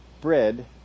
bread